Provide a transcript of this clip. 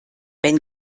wenn